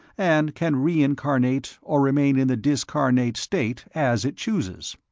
and can reincarnate or remain in the discarnate state as it chooses.